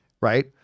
Right